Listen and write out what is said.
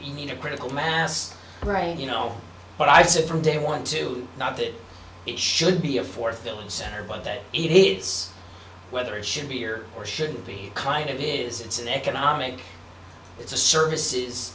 to mean a critical mass right you know what i said from day one to not that it should be a fourth film center but that he it's whether it should be here or should be kind of it is it's an economic it's a services